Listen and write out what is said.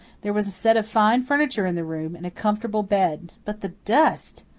there was a set of fine furniture in the room, and a comfortable bed. but the dust!